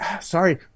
sorry